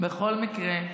בכל מקרה,